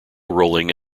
rolling